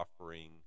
offering